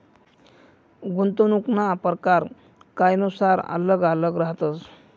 गुंतवणूकना परकार कायनुसार आल्लग आल्लग रहातस